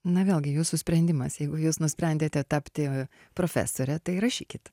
na vėlgi jūsų sprendimas jeigu jūs nusprendėte tapti profesore tai rašykit